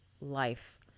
life